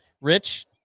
Rich